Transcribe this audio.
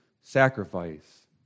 sacrifice